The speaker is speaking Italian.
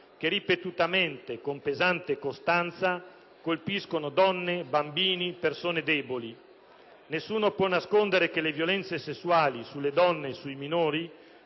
che, ripetutamente, con pesante costanza colpiscono donne, bambini e persone deboli. Nessuno può nascondere che le violenze sessuali sulle donne e sui minori,